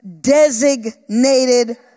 designated